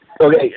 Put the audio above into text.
Okay